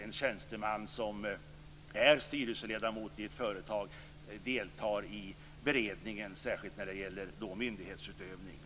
En tjänsteman som är styrelseledamot i ett företag skall undvika att samtidigt delta i beredningen av ett sådant ärende - särskilt myndighetsutövning.